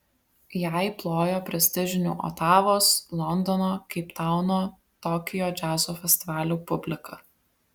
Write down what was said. jai plojo prestižinių otavos londono keiptauno tokijo džiazo festivalių publika